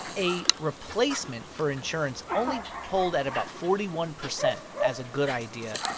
a replacement for insurance only polled at about forty one percent as a good idea.